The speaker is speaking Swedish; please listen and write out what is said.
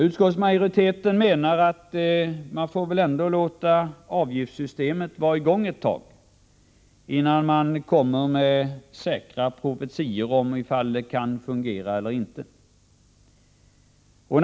Utskottsmajoriteten anser att man bör låta avgiftssystemet vara i kraft ett tag innan man kommer med säkra profetior om huruvida det fungerar eller inte.